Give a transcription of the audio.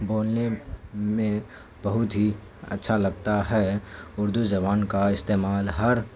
بولنے میں بہت ہی اچھا لگتا ہے اردو زبان کا استعمال ہر